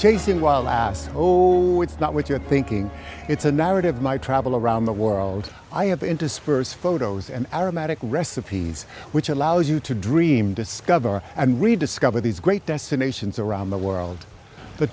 chasing wild last oh it's not what you're thinking it's a narrative my travel around the world i have interspersed photos and aromatic recipes which allows you to dream discover and rediscover these great destinations around the world the